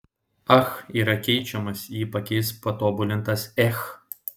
ach yra keičiamas jį pakeis patobulintas ech